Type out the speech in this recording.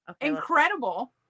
Incredible